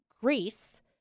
Greece